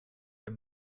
and